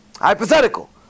Hypothetical